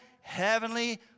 heavenly